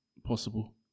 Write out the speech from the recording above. possible